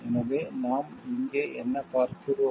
எனவே நாம் இங்கே என்ன பார்க்கிறோம்